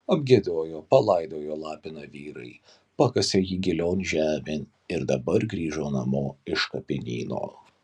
apgiedojo palaidojo lapiną vyrai pakasė jį gilion žemėn ir dabar grįžo namo iš kapinyno